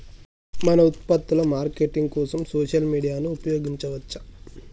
మన ఉత్పత్తుల మార్కెటింగ్ కోసం సోషల్ మీడియాను ఉపయోగించవచ్చా?